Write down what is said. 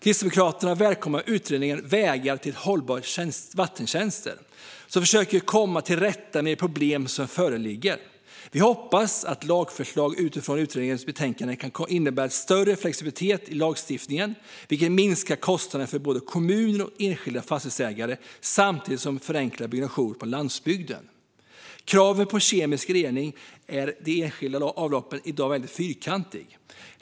Kristdemokraterna välkomnar utredningen Vägar till hållbara vattentjänster i vilken man försöker komma till rätta med de problem som föreligger. Vi hoppas att lagförslag utifrån utredningens betänkande kan innebära en större flexibilitet i lagstiftningen, vilket minskar kostnaden för både kommuner och enskilda fastighetsägare samtidigt som det förenklar byggnation på landsbygden. Kraven på kemisk rening av de enskilda avloppen är i dag väldigt fyrkantiga.